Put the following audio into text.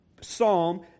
Psalm